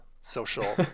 social